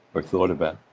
or thought about.